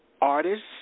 artists